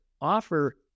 offer